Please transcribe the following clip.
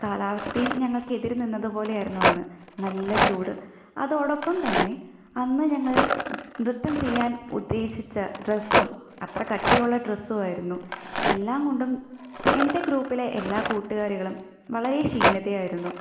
കാലാവസ്ഥയും ഞങ്ങൾക്ക് എതിരു നിന്നത് പോലെയായിരുന്നു അന്ന് നല്ല ചൂട് അതോടൊപ്പം തന്നെ അന്ന് ഞങ്ങൾ നൃത്തം ചെയ്യാൻ ഉദ്ദേശിച്ച ഡ്രസ്സും അത്ര കട്ടിയുള്ള ഡ്രസ്സുമായിരുന്നു എല്ലാം കൊണ്ടും എൻ്റെ ഗ്രൂപ്പിലെ എല്ലാ കൂട്ടുകാരികളും വളരെ ക്ഷീണിതരായായിരുന്നു